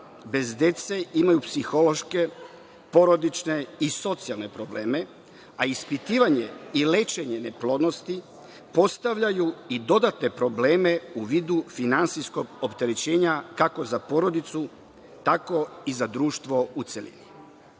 bez dece imaju psihološke, porodične i socijalne probleme, a ispitivanje i lečenje neplodnosti postavljaju i dodatne probleme u vidu finansijskog opterećenja, kako za porodicu tako i za društvo u celini. Najpre